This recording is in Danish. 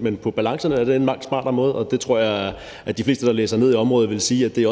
Men på balancerne er det en langt smartere måde, og det tror jeg de fleste, der læser ned i området, vil sige også